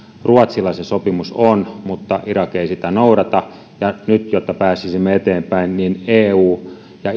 ruotsilla se sopimus on mutta irak ei sitä noudata ja nyt jotta pääsisimme eteenpäin niin eu ja